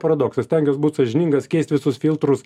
paradoksas stengiuos būt sąžiningas keist visus filtrus